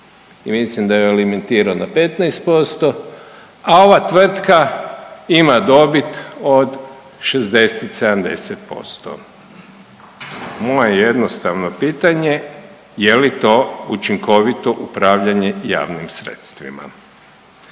mislim da je limitirana 15%, a ova tvrtka ima dobit od 60-70%. Moje je jednostavno pitanje, je li to učinkovito upravljanje javnim sredstvima?